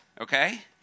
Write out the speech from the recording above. okay